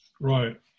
Right